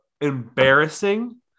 embarrassing